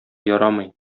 ярамый